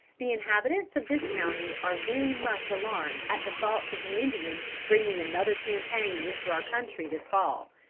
the inhabitants of this county are very much alarmed at the thoughts of the indians bringing another campaign into our country this fall.